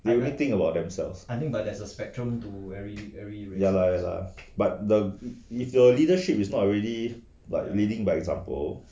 they really think about themselves I think but there's a spectrum to every every ya lah but the if your leadership is not already like leading by example